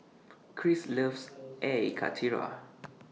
Chris loves Air Karthira